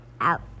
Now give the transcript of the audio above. out